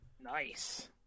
Nice